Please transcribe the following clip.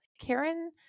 Karen